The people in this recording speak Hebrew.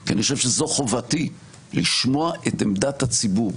כי אני חושב שזאת חובתי, לשמוע את עמדת הציבור.